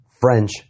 French